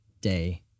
day